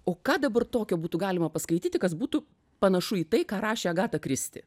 o ką dabar tokio būtų galima paskaityti kas būtų panašu į tai ką rašė agata kristi